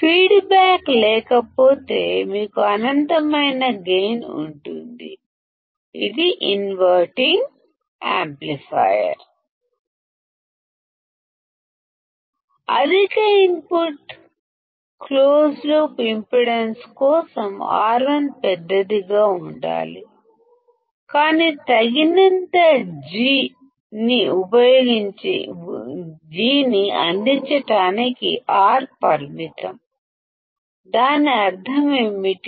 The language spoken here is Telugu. ఫీడ్బ్యాక్ లేకపోతే మీకు అనంతమైన గైన్ ఉంటుంది ఇది ఇన్వర్టింగ్ యాంప్లిఫైయర్ అధిక ఇన్పుట్ క్లోజ్ లూప్ ఇంపిడెన్స్ కోసం R1 పెద్దదిగా ఉండాలి కానీ తగినంత G ని అందించడానికి R1 పరిమితం దాని అర్థం ఏమిటి